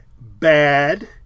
bad